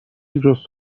جست